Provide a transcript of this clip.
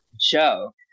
show